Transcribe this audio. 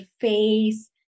face